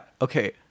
Okay